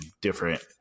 different